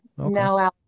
No